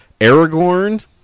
Aragorn